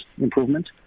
improvement